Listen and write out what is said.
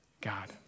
God